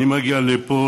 אני מגיע לפה,